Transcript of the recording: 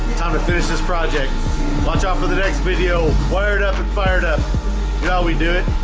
time to finish this project watch out for the next video wire it up and fire it up shall we do it